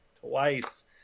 twice